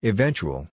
Eventual